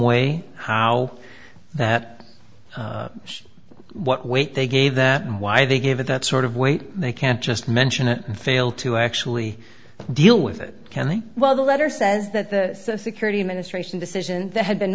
way how that what weight they gave that and why they gave it that sort of weight they can't just mention it and fail to actually deal with it well the letter says that the security administration decision that had been